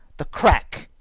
the crack,